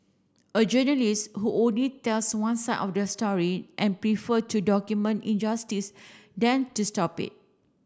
a journalist who only tells one side of the story and prefer to document injustice than to stop it